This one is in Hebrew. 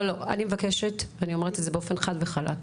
לא, אני מבקשת, ואני אומרת את זה חד וחלק: